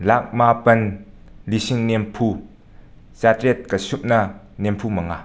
ꯂꯥꯛ ꯃꯥꯄꯟ ꯂꯤꯁꯤꯡ ꯅꯦꯝꯐꯨ ꯆꯥꯇ꯭ꯔꯦꯠꯀ ꯁꯨꯞꯅ ꯅꯤꯐꯨ ꯃꯉꯥ